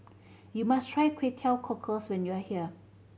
you must try Kway Teow Cockles when you are here